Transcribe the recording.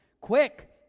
Quick